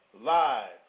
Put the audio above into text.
live